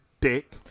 dick